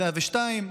ל-102.